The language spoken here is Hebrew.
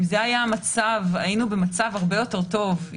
אם זה היה המצב היינו במצב הרבה יותר טוב.